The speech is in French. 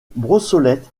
brossolette